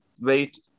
wait